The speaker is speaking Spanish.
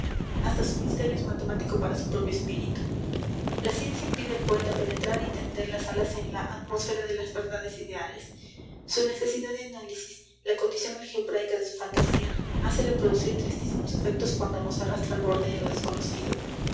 hasta su misterio es matemático para su propio espíritu la ciencia impide al poeta penetrar y tender las alas en la atmósfera de las verdades ideales su necesidad de análisis la condición algebraica de su fantasía hácele producir tristísimos efectos cuando nos arrastra al borde de lo desconocido